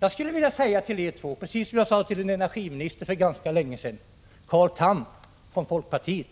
Jag skulle vilja säga till er två, precis som jag ganska länge sedan sade till energiminister Carl Tham från folkpartiet,